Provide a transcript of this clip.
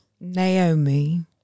Naomi